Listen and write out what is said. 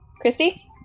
Christy